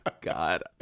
god